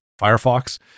Firefox